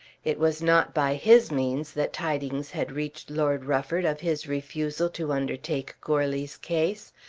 it was not by his means that tidings had reached lord rufford of his refusal to undertake goarly's case.